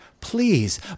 Please